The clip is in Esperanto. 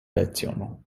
leciono